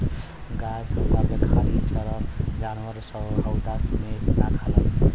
गाय हउदा मे खाला अउर जानवर हउदा मे ना खालन